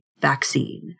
vaccine